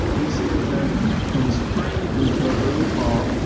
what we see is that from spring until early fall,